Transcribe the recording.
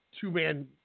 two-man